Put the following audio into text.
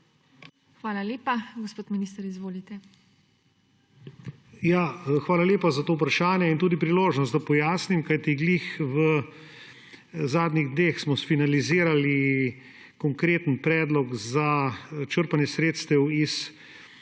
Hvala lepa. Gospod minister, izvolite. **MAG. ANDREJ VIZJAK:** Hvala lepa za to vprašanje in tudi priložnost, da pojasnim. Ravno v zadnjih dneh smo sfinalizirali konkreten predlog za črpanje sredstev iz